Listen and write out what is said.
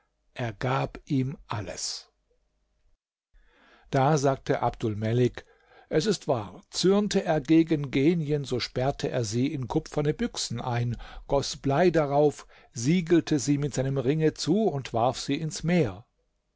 er gab ihm alles da sagte abdulmelik es ist wahr zürnte er gegen genien so sperrte er sie in kupferne büchsen ein goß blei darauf siegelte sie mit seinem ringe zu und warf sie ins meer